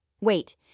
Wait